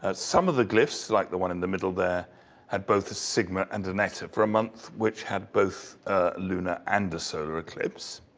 ah some of the glyphs, like the one in the middle there had both a sigma and a letter. for a month which had both lunar and solar eclipse.